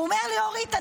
הוא אומר לי: אורית,